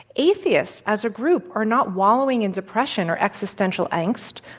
atheists, as a group, are not wallowing in depression or existential angst,